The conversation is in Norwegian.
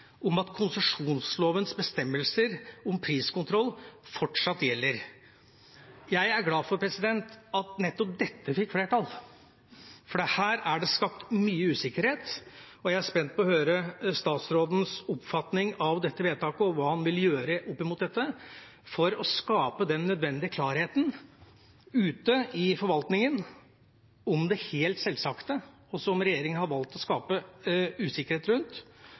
at konsesjonslovens bestemmelser om priskontroll fortsatt gjelder. Jeg er glad for at nettopp dette fikk flertall, for her er det skapt mye usikkerhet. Jeg er spent på å høre statsrådens oppfatning av dette vedtaket og hva han vil gjøre med dette for å skape den nødvendige klarheten ute i forvaltningen om det helt selvsagte og som regjeringen har valgt å skape usikkerhet rundt, at loven faktisk gjelder. Regjeringens tidligere aktiviteter, rundskriv og den uklarhet som er skapt rundt